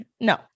no